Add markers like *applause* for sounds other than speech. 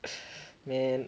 *laughs* man